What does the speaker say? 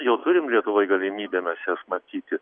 jau turim lietuvoj galimybę mes jas matyti